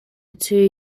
two